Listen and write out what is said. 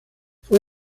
fue